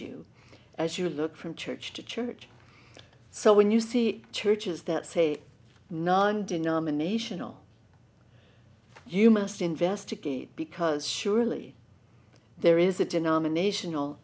you as you look from church to church so when you see churches that say non denominational you must investigate because surely there is a denominational